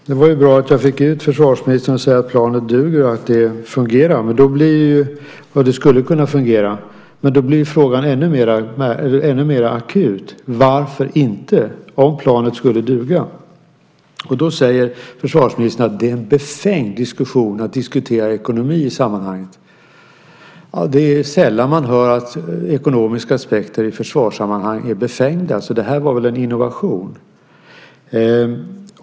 Fru talman! Det var ju bra att jag fick försvarsministern att säga att planet duger och skulle kunna fungera. Om planet skulle duga blir frågan ännu mer akut. Varför inte? Försvarsministern säger att det är befängt att i sammanhanget diskutera ekonomi. Det är sällan man i försvarssammanhang hör att ekonomiska aspekter är befängda. Det var en innovation.